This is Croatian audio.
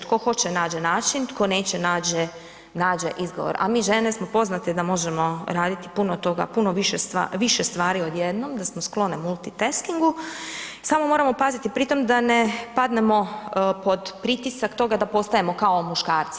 Tko hoće nađe način, tko neće nađe izgovor, a mi žene smo poznate da možemo raditi puno toga, puno više stvari, više stvari od jednom da smo sklone multitaskingu samo moramo paziti pri tome da ne padnemo pod pritisak toga da postajemo kao muškarci.